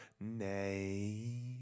Name